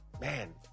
man